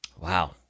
Wow